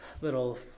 little